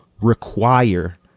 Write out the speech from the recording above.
require